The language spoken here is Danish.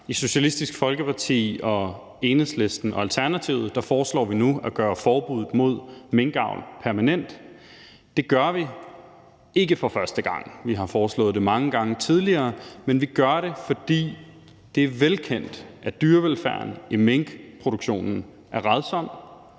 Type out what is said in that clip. I Socialistisk Folkeparti, Enhedslisten og Alternativet foreslår vi nu at gøre forbuddet mod minkavl permanent. Det gør vi ikke for første gang – vi har foreslået det mange gange tidligere – men vi gør det, fordi det er velkendt, at dyrevelfærden i minkproduktionen er rædsom.